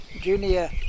junior